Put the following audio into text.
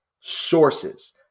sources